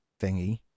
thingy